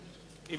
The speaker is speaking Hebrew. הסביבה?